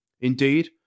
Indeed